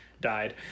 died